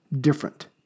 different